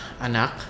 Anak